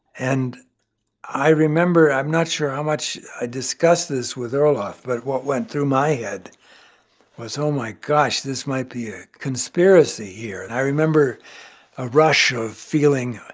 and i remember i'm not sure how much i discussed this with orloff, but what went through my head was, oh, my gosh, this might be a conspiracy here. and i remember a rush of feeling,